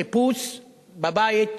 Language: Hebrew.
חיפוש בבית,